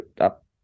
up